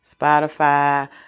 Spotify